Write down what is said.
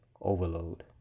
overload